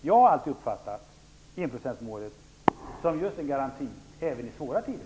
Jag har alltid uppfattat enprocentsmålet som just en garanti även i svåra tider.